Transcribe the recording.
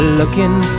looking